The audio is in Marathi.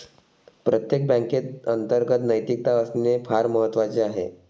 प्रत्येक बँकेत अंतर्गत नैतिकता असणे फार महत्वाचे आहे